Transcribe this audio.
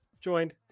joined